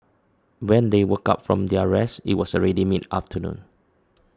when they woke up from their rest it was already mid afternoon